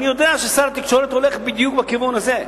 אני יודע ששר התקשורת הולך בדיוק בכיוון הזה.